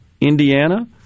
Indiana